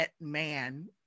man